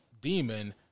demon